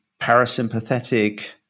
parasympathetic